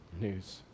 news